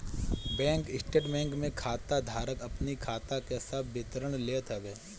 bank statement में खाता धारक अपनी खाता के सब विवरण लेत हवे